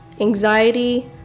anxiety